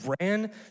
ran